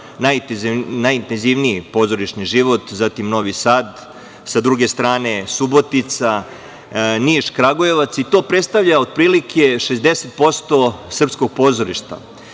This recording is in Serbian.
najintenzivniji pozorišni život, zatim Novi Sad, sa druge strane Subotica, Niš, Kragujevac i to predstavlja otprilike 60% srpskog pozorišta. Sa